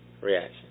reaction